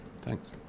Thanks